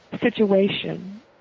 situation